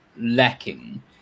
lacking